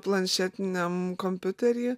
planšetiniam kompiutery